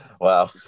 Wow